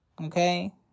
Okay